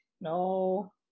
No